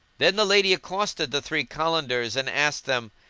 then the lady accosted the three kalandars and asked them,